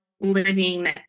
living